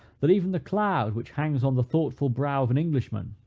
that even the cloud which hangs on the thoughtful brow of an englishman,